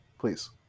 Please